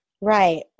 Right